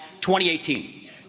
2018